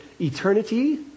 eternity